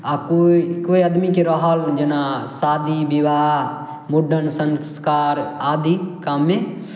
आओर कोइ कोइ अदमीके रहल जेना शादी बिवाह मुण्डन संस्कार आदि काममे